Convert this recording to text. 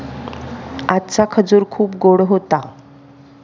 आजचा खजूर खूप गोड होता